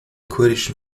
kurdischen